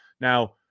Now